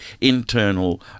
internal